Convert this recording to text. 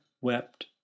wept